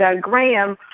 Graham